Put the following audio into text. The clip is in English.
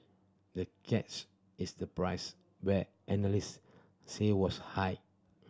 the catch is the price where analyst said was high